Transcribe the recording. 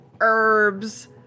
herbs